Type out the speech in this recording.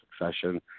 succession